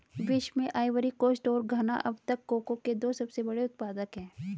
विश्व में Ivory Coast और घना अब तक कोको के दो सबसे बड़े उत्पादक है